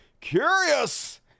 Curious